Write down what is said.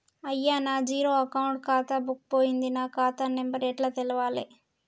అయ్యా నా zero account ఖాతా బుక్కు పోయింది నా ఖాతా నెంబరు ఎట్ల తెలవాలే?